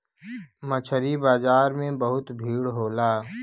मछरी बाजार में बहुत भीड़ होला